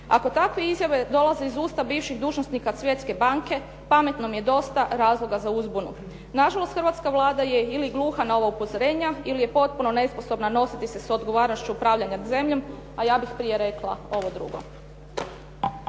Ako takve izjave dolaze iz usta bivših dužnosnika Svjetske banke pametnom je dosta razloga za uzbunu. Nažalost, hrvatska Vlada je ili gluha na ova upozorenja ili je potpuno nesposobna nositi se s odgovornošću upravljanja zemljom, a ja bih prije rekla ovo drugo.